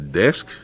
desk